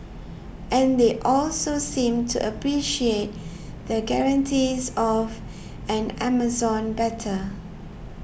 and they also seemed to appreciate the guarantees of an Amazon better